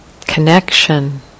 connection